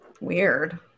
Weird